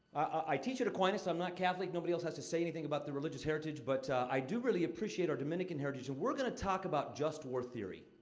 i teach at aquinas i'm not catholic. nobody has has to say anything about their religious heritage, but i do really appreciate our dominican heritage, and we're gonna talk about just war theory.